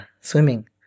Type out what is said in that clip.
swimming